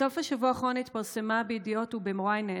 בסוף השבוע האחרון התפרסמה בידיעות וב-ynet